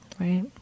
Right